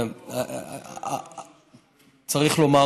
לא צריך להתייחס אליו בכלל.